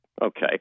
Okay